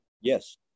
yes